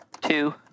Two